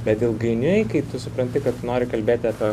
bet ilgainiui kai tu supranti kad tu nori kalbėt apie